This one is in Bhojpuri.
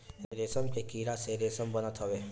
रेशम के कीड़ा से रेशम बनत हवे